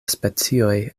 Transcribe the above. specioj